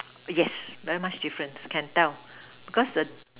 yes very much different can tell because the